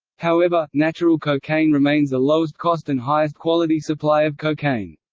however, natural cocaine remains the lowest cost and highest quality supply of cocaine.